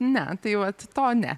ne tai vat to ne